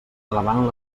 alabant